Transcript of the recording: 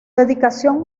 dedicación